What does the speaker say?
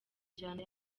njyana